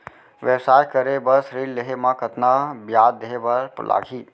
व्यवसाय करे बर ऋण लेहे म कतना ब्याज देहे बर लागही?